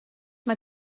mae